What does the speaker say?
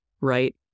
right